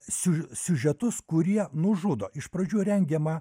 siužetus kurie nužudo iš pradžių rengiama